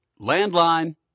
landline